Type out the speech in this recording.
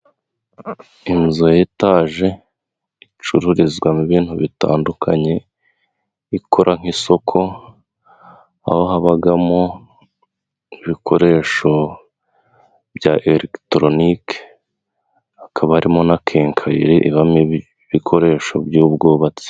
Inzu ya etaje icururizwamo ibintu bitandukanye ikora nk'isoko, aho habamo ibikoresho bya elegitoronike, hakaba harimo na kenkayeri ibamo ibikoresho by'ubwubatsi.